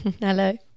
Hello